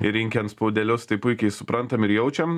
ir rinkę antspaudėlius tai puikiai suprantam ir jaučiam